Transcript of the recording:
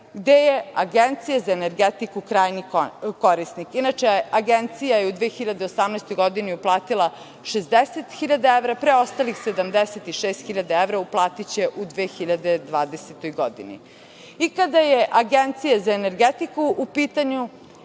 gde je Agencija za energetiku krajnji korisnik. Inače, Agencija je u 2018. godini uplatila 60.000 evra, preostalih 76.000 evra uplatiće u 2020. godini. Kada je Agencija za energetiku u pitanju,